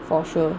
for sure